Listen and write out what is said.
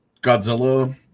Godzilla